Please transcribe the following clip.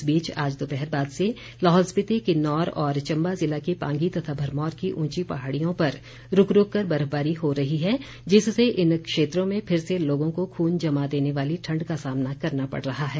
इस बीच आज दोपहर बाद से लाहौल स्पीति किन्नौर तथा चम्बा ज़िला के पांगी तथा भरमौर की उंची पहाड़ियों पर रूक रूक कर बर्फबारी हो रही है जिससे इन क्षेत्रों में फिर से लोगों को खून जमा देने वाली ठंड का सामना करना पड़ रहा है